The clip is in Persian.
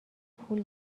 پول